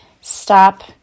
stop